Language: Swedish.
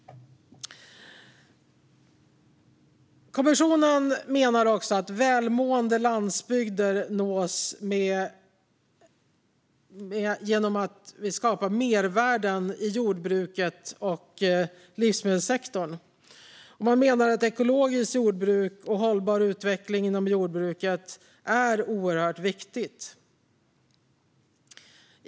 Kommissionen menar också att välmående landsbygder nås genom att vi skapar mervärden i jordbruket och i livsmedelssektorn. Man menar att ekologiskt jordbruk och hållbar utveckling inom jordbruket är oerhört viktigt.